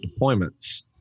deployments